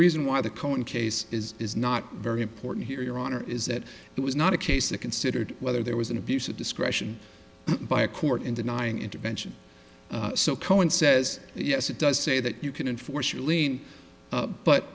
reason why the cohen case is is not very important here your honor is that it was not a case that considered whether there was an abuse of discretion by a court in denying intervention so cohen says yes it does say that you can enforce your lien